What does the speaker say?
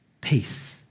peace